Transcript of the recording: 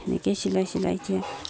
এনেকৈয়ে চিলাই চিলাই এতিয়া